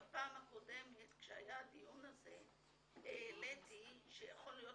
בפעם הקודמת כשהיה הדיון הזה העליתי שיכול להיות